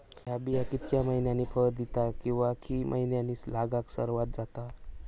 हया बिया कितक्या मैन्यानी फळ दिता कीवा की मैन्यानी लागाक सर्वात जाता?